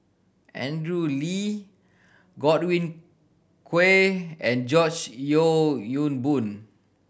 Andrew Lee Godwin and George Yeo Yong Boon